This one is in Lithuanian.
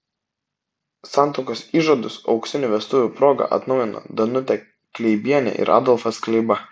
santuokos įžadus auksinių vestuvių proga atnaujino danutė kleibienė ir adolfas kleiba